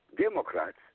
Democrats